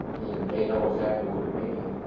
and they know exactly what you're making,